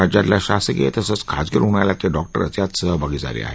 राज्यातल्या शासकीय तसंच खाजगी रुग्णालयातले डॉक्टर्स यात सहभागी झाले आहेत